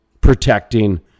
protecting